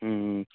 ਹੂੰ